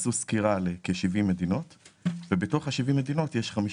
עשו סקירה על כ-70 מדינות ובתוך ה-70 מדינות יש 50